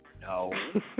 No